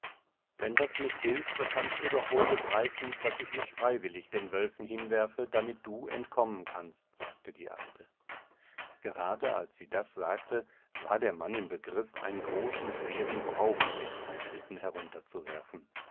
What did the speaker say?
wenn das nicht hilft so kannst du doch wohl begreifen daß ich mich freiwilligdenwölfenhinwerfe damitduentkommenkannst sagtediealte gerade als sie das sagte war der mann im begriff einen großen schweren braubottich vom schlitten herunterzuwerfen